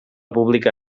pública